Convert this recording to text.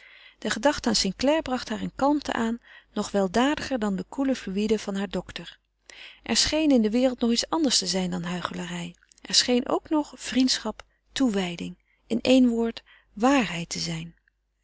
de gedachte aan st clare bracht haar een kalmte aan nog weldadiger dan de koele fluïde van haren dokter er scheen in de wereld nog iets anders te zijn dan huichelarij er scheen ook nog vriendschap toewijding in één woord waarheid te zijn